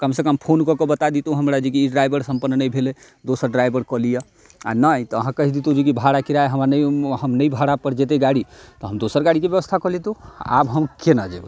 कमसँ कम फोन कऽ कऽ बता देतहुँ हमरा जेकि ड्राइवरसँ सम्पर्क नहि भेलै दोसर ड्राइवर कऽ लिअऽ आओर नहि तऽ अहाँ कहि दैतहुँ जेकि भाड़ा किराया हमरा नहि हम नहि भाड़ापर जेतै गाड़ी तऽ हम दोसर गाड़ीके बेबस्था कऽ लैतहुँ आब हम कोना जेबै